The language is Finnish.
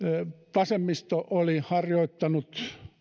vasemmisto oli harjoittanut